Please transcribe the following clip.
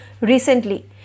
recently